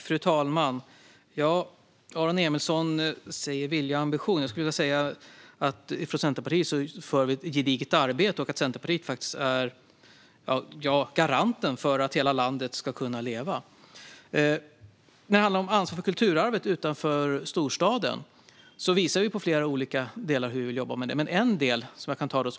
Fru talman! Aron Emilsson talar om vilja och ambition. Jag skulle vilja säga att Centerpartiet utför ett gediget arbete och faktiskt är garanten för att hela landet ska kunna leva. När det handlar om ansvaret för kulturarvet utanför storstaden visar vi i flera olika delar hur vi vill jobba med det.